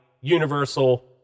Universal